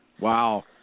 Wow